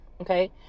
okay